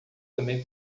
também